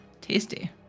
tasty